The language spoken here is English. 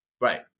Right